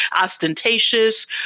ostentatious